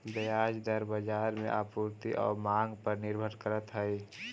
ब्याज दर बाजार में आपूर्ति आउ मांग पर निर्भर करऽ हइ